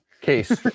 case